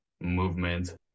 movement